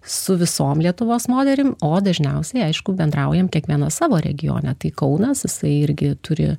su visom lietuvos moterim o dažniausiai aišku bendraujam kiekvienas savo regione tai kaunas jisai irgi turi